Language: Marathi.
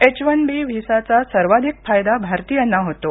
एच वन बी व्हिसाचा सर्वाधिक फायदा भारतीयांना होतो